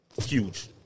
huge